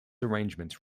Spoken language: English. arrangements